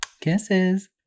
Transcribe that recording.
kisses